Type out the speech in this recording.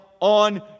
on